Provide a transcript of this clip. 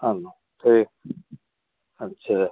हाँ ठीक अच्छा